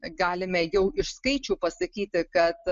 galime jau iš skaičių pasakyti kad